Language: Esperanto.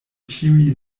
ĉiuj